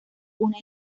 una